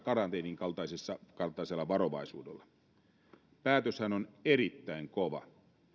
karanteenin kaltaisella varovaisuudella päätöshän on erittäin kova